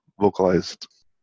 vocalized